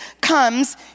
comes